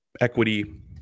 equity